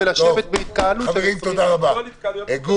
והם נחשבים יחידה אחת.